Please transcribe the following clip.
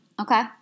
Okay